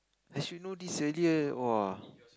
I should know this earlier !woah!